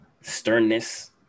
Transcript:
sternness